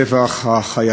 תודה רבה, הטבח החייתי,